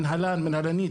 המנהלן או המנהלית